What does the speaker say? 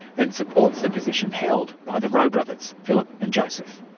and supports the position held by the roe brothers, phillip and joseph.